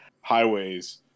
highways